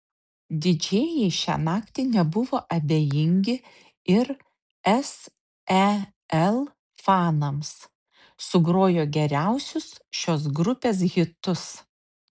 didžėjai šią naktį nebuvo abejingi ir sel fanams sugrojo geriausius šios grupės hitus